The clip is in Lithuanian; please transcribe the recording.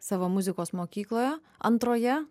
savo muzikos mokykloje antroje